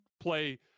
play